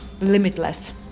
limitless